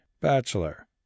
bachelor